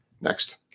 next